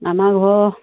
আমাৰ ঘৰৰ